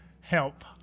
help